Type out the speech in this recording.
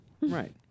Right